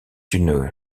une